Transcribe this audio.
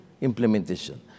implementation